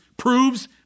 Proves